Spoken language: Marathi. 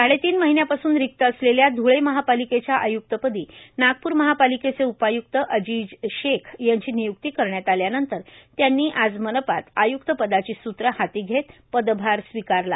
साडेतीन महिन्यापासून रिक्त असलेल्या ध्वळे महापालिकेच्या आयुक्तपदी नागपूर महापालिकेचे उपायुक्त अजिज शेख यांची नियुक्ती करण्यात आल्यानंतर त्यांनी मनपात आय्क्त पदाची सूत्रं हाती घेत पदभार स्वीकारला